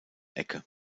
ecke